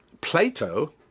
Plato